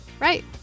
Right